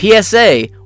PSA